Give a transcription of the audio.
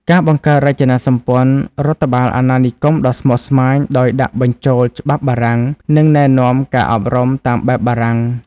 ការបង្កើតរចនាសម្ព័ន្ធរដ្ឋបាលអាណានិគមដ៏ស្មុគស្មាញ ដោយដាក់បញ្ចូលច្បាប់បារាំង និងណែនាំការអប់រំតាមបែបបារាំង។